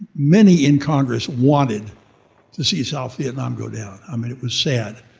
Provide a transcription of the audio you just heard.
many in congress wanted to see south vietnam go down. i mean it was sad.